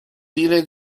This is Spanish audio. tiene